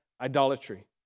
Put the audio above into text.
idolatry